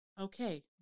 okay